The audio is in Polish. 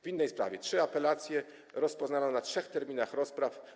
W innej sprawie trzy apelacje rozpoznano na trzech terminach rozpraw.